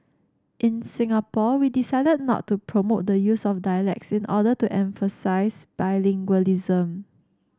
in Singapore we decided not to promote the use of dialects in order to emphasise bilingualism